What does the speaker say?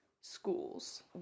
schools